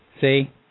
See